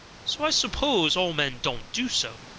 so i suppose all men don't do so.